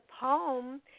poem